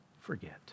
forget